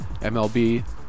MLB